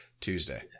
Tuesday